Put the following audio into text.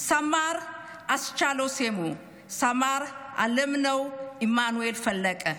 סמ"ר אסצ'אלו סמה, סמ"ר עלמנאו עמנואל פלקה,